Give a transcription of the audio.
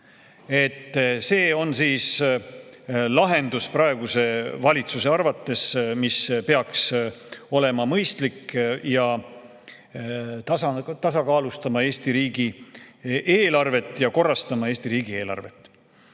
See on siis praeguse valitsuse arvates lahendus, mis peaks olema mõistlik ja tasakaalustama Eesti riigieelarvet, korrastama Eesti riigieelarvet.